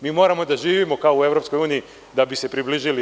Mi moramo da živimo kao u EU, da bi se približili EU.